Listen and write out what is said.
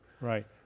Right